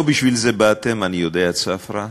לא בשביל זה באתם, אני יודע, צפרא,